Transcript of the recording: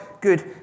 good